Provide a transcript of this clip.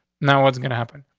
now, what's gonna happen?